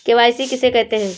KYC किसे कहते हैं?